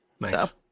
Nice